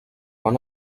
van